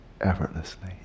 effortlessly